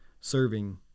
serving